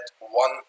one